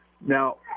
Now